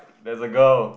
there's a girl